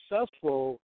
successful